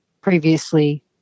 previously